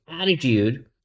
attitude